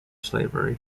slavery